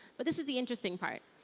but this is the interesting part.